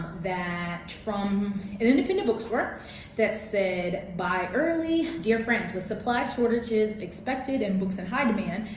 that from an independent bookstore that said buy early dear friends, with supply shortages expected and books in high demand,